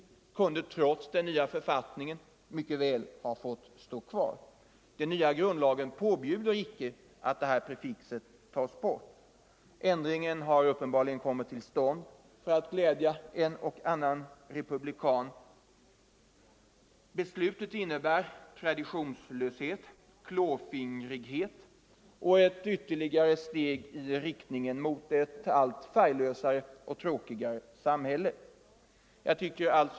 Det kunde mycket väl ha fått stå kvar trots den nya författningen. Den nya grundlagen påbjuder icke att prefixet ”Kunglig” tas bort. Ändringen kommer uppenbarligen till stånd för att glädja en och annan republikan. Beslutet innebär traditionslöshet, klåfingrighet och ytterligare ett steg i riktning mot ett allt färglösare och tråkigare samhälle.